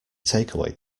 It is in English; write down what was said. takeaway